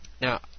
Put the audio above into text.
Now